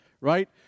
right